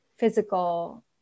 physical